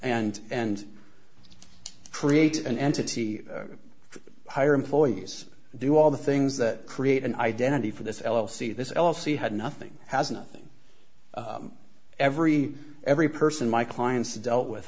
and and create an entity for hire employees do all the things that create an identity for this l l c this l l c had nothing has nothing every every person my clients dealt with